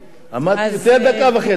אמרתי שזה יותר דקה וחצי,